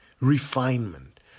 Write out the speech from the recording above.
refinement